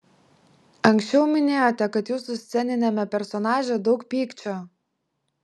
anksčiau minėjote kad jūsų sceniniame personaže daug pykčio